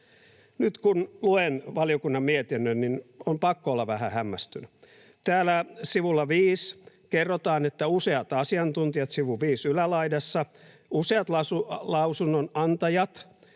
Nyt kun luen valiokunnan mietinnön, niin on pakko olla vähän hämmästynyt. Täällä sivulla viisi, sivun viisi ylälaidassa kerrotaan, että useat asiantuntijat, useat lausunnonantajat